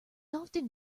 often